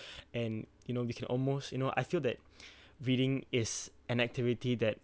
and you know you can almost you know I feel that reading is an activity that